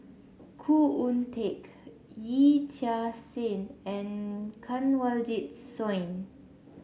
Khoo Oon Teik Yee Chia Hsing and Kanwaljit Soin